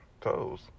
toes